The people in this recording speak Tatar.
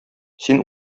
син